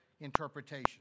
interpretation